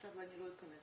אני לא אכנס